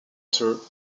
after